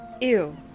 Ew